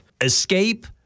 escape